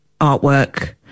artwork